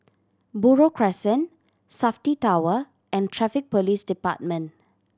Buroh Crescent Safti Tower and Traffic Police Department